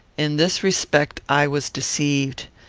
in this respect i was deceived.